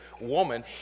woman